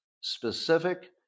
specific